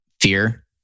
Fear